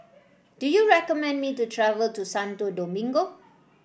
do you recommend me to travel to Santo Domingo